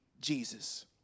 Jesus